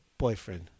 boyfriend